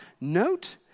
Note